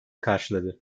karşıladı